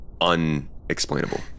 unexplainable